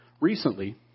Recently